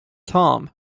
tom